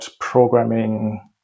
programming